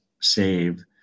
save